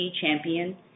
champion